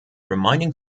reminding